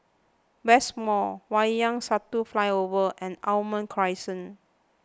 West Mall Wayang Satu Flyover and Almond Crescent